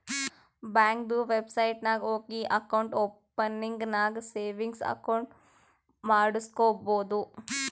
ಬ್ಯಾಂಕ್ದು ವೆಬ್ಸೈಟ್ ನಾಗ್ ಹೋಗಿ ಅಕೌಂಟ್ ಓಪನಿಂಗ್ ನಾಗ್ ಸೇವಿಂಗ್ಸ್ ಅಕೌಂಟ್ ಮಾಡುಸ್ಕೊಬೋದು